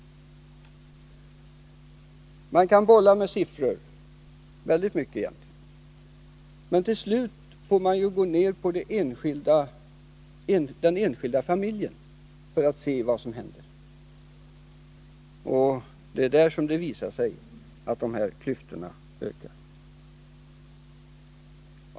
Man kan egentligen bolla med siffror väldigt mycket, men till slut får man gå ned till den enskilda familjen för att se vad som händer. Det är då det visar sig att klyftorna ökar.